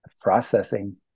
processing